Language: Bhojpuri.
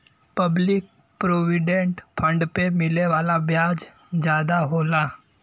पब्लिक प्रोविडेंट फण्ड पे मिले वाला ब्याज जादा होला